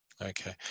Okay